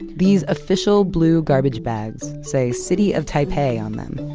these official blue garbage bags say city of taipei on them,